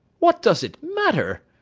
what does it matter?